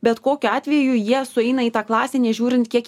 bet kokiu atveju jie sueina į tą klasę nežiūrint kiek